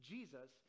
Jesus